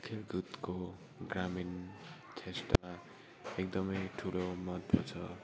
खेलकुदको ग्रामिण एकदमै ठुलो महत्त्व छ